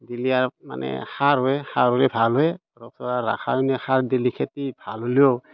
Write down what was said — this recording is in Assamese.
দিলে মানে সাৰ হয় সাৰ হ'লে ভাল হয় তাৰ পৰা ৰাসায়নিক সাৰ দিলে খেতি ভাল হ'লেও